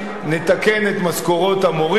נתקן את משכורות המורים,